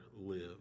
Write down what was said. live